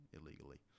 illegally